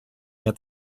mehr